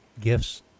gifts